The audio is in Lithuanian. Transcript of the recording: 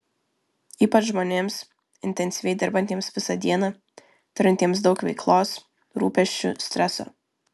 ypač žmonėms intensyviai dirbantiems visą dieną turintiems daug veiklos rūpesčių streso